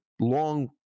long